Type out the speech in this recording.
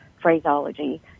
phraseology